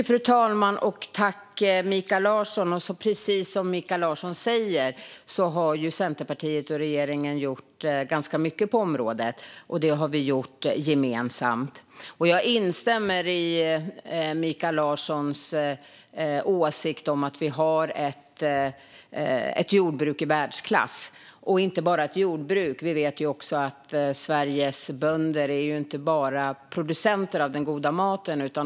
Fru talman! Precis som Mikael Larsson säger har Centerpartiet och regeringen gjort ganska mycket på området. Det har vi gjort gemensamt. Jag instämmer i Mikael Larssons åsikt att vi har ett jordbruk i världsklass. Det är inte bara ett jordbruk. Vi vet att Sveriges bönder inte bara är producenter av den goda maten.